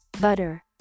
Butter